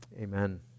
amen